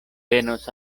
venos